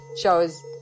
shows